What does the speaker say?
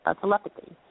telepathy